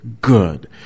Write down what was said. good